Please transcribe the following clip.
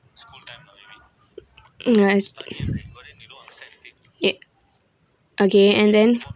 mm right ya okay and then